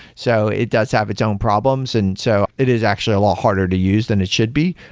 so it does have its own problems. and so it is actually a lot harder to use than it should be.